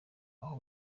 aho